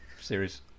series